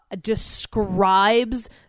describes